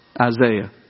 Isaiah